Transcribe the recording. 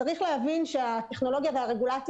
צריך להבין שהטכנולוגיה והרגולציה